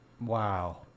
Wow